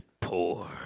poor